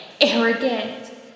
arrogant